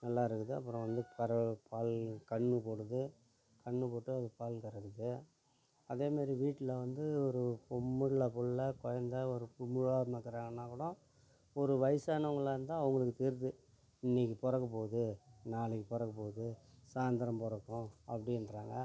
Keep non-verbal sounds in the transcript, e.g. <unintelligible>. நல்லாயிருக்குது அப்புறம் வந்து பிறவு பால் கன்று போடுது கன்று போட்டு அது பால் கறக்குது அதேமாதிரி வீட்டில் வந்து ஒரு பொம்பள பிள்ள குழந்த ஒரு பொண்ணு <unintelligible> இருக்கிறாங்கன்னாக்கூட ஒரு வயசானவங்களாக இருந்தால் அவங்களுக்கு தெரிது இன்றைக்கி பிறக்கப் போகுது நாளக்கு பிறக்கப் போகுது சாயந்திரம் பிறக்கும் அப்படின்றாங்க